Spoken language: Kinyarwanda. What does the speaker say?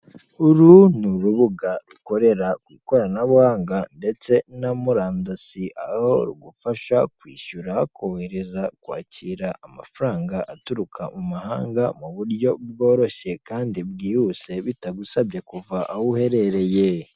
Uru ni urubuga rukorera ikoranabuhanga ndetse na murandasi aho rugufasha kwishyura, kohereza ) kwakira amafaranga aturuka mu mahanga mu buryo bworoshye kandi bwihuse bitagusabye kuva aho uherereye .